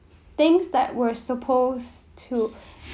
things that were supposed to